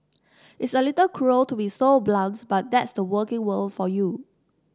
it's a little cruel to be so blunt but that's the working world for you